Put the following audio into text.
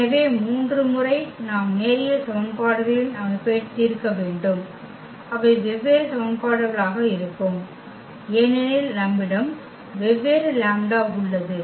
எனவே 3 முறை நாம் நேரியல் சமன்பாடுகளின் அமைப்பை தீர்க்க வேண்டும் அவை வெவ்வேறு சமன்பாடுகளாக இருக்கும் ஏனெனில் நம்மிடம் வெவ்வேறு லாம்ப்டா உள்ளது